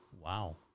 Wow